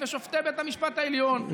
ושופטי בית המשפט העליון.